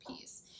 piece